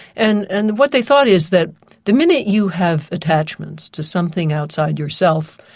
and and what they thought is that the minute you have attachments to something outside yourself,